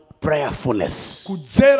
Prayerfulness